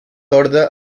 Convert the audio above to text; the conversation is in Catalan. ordre